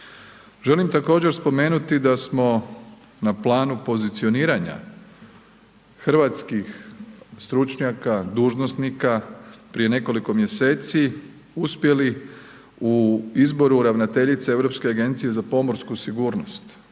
Želim također spomenuti da smo na planu pozicioniranja hrvatskih stručnjaka, dužnosnika prije nekoliko mjeseci uspjeli u izboru ravnateljice Europske agencije za pomorsku sigurnost,